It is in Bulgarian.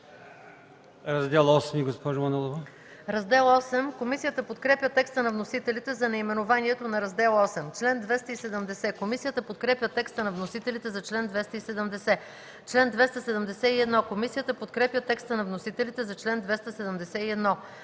Раздел V. Комисията подкрепя текста на вносителите за наименованието на Раздел V. Комисията подкрепя текста на вносителите за чл. 316. Комисията подкрепя текста на вносителите за чл. 317.